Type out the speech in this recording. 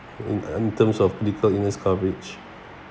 end terms of critical illness coverage